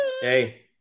hey